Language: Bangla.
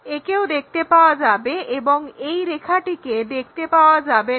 একেও দেখতে পাওয়া যাবে এবং এই রেখাটিকে দেখতে পাওয়া যাবে না